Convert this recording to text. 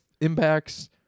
impacts